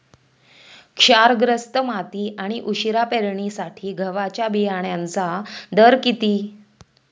क्षारग्रस्त माती आणि उशिरा पेरणीसाठी गव्हाच्या बियाण्यांचा दर किती?